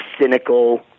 cynical